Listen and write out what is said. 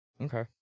Okay